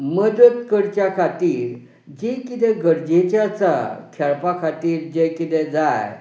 मदत करच्या खातीर जी किदें गरजेचें आसा खेळपा खातीर जें किदें जाय